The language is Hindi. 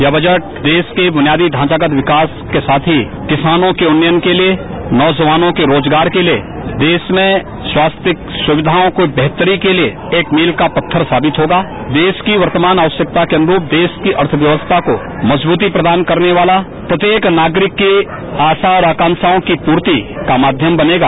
यह बजट देश के बुनियादी ढांचा का विकास के साथ ही किसानों के उन्नयन के लिये नौजवानों के रोजगार के लिये देश में स्वास्थ्य सुविधाओं को बेहतरी के लिये एक मिल का पत्थर साबित होगा देश की ववमान आवस्पकता के अनुस्त देश की अर्थव्यवस्था को मजबूती प्रदान करने वाला प्रत्येक नागरिक के आशा और आकांबाओं की पूर्ति का माध्यम बनेगा